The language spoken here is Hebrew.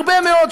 הרבה מאוד,